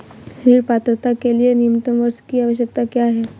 ऋण पात्रता के लिए न्यूनतम वर्ष की आवश्यकता क्या है?